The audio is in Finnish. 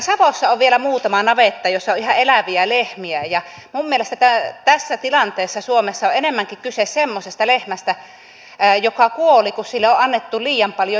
meillä savossa on vielä muutama navetta jossa on ihan eläviä lehmiä ja minun mielestäni tässä tilanteessa suomessa on enemmänkin kyse semmoisesta lehmästä joka kuoli kun sille oli annettu liian paljon jauhoja